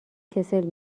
کسل